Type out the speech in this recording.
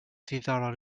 ddiddorol